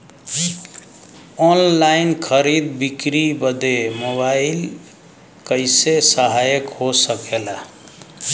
Online खरीद बिक्री बदे मोबाइल कइसे सहायक हो सकेला?